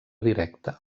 directa